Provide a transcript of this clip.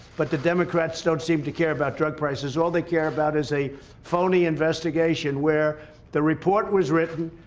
but the democrats don't seem to care about drug prices all they care about is a phony investigation where the report was written.